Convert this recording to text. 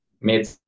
made